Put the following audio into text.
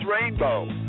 Rainbow